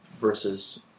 versus